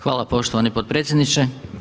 Hvala poštovani potpredsjedniče.